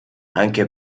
anche